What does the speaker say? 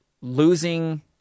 losing